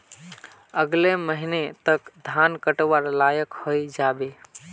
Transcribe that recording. अगले महीने तक धान कटवार लायक हई जा बे